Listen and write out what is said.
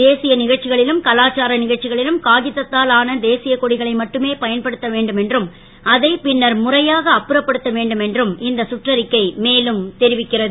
தேசிய நிகழ்ச்சிகளிலும் கலாச்சார நிகழ்ச்சிகளிலும் காகிதத்தாலான தேசியகொடிகளை மட்டுமே பயன்படுத்த வேண்டும் என்றும் அதை பின்னர் முறையாக அப்புறப்படுத்த வேண்டும் என்றும் இந்த சுற்றறிக்கை மேலும் தெரிவிக்கிறது